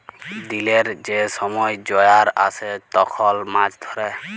দিলের যে ছময় জয়ার আসে তখল মাছ ধ্যরে